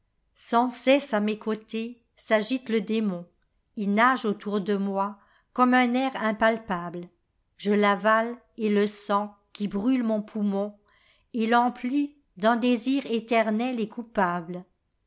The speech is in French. sans cesse à mes côtés s'agite le démonil nage autour de moi comme un air impalpable je l'avale et le sens qui brcile mon poumonet l'emplit d un désir éternel et coupable